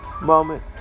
moment